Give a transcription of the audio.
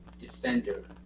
defender